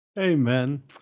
Amen